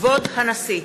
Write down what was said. כבוד הנשיא!